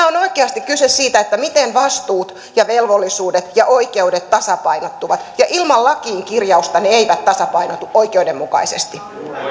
on oikeasti kyse siitä miten vastuut ja velvollisuudet ja oikeudet tasapainottuvat ja ilman kirjausta lakiin ne eivät tasapainotu oikeudenmukaisesti